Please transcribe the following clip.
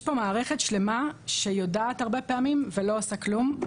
יש מערכת שלמה שהרבה פעמים יודעת ולא עושה כלום.